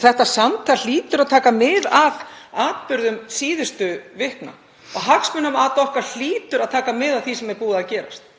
Þetta samtal hlýtur að taka mið af atburðum síðustu vikna og hagsmunamat okkar hlýtur að taka mið af því sem er búið að gerast.